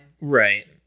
Right